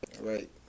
Right